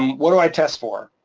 what do i test for?